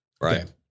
right